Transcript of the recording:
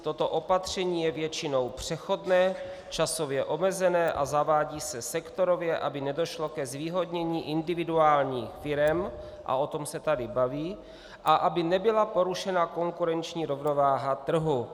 Toto opatření je většinou přechodné, časově omezené a zavádí se sektorově, aby nedošlo ke zvýhodnění individuálních firem a o tom se tady bavíme a aby nebyla porušena konkurenční rovnováha trhu.